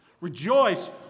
Rejoice